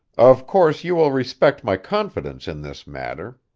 of course you will respect my confidence in this matter.